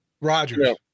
Rodgers